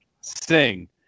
sing